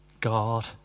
God